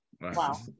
Wow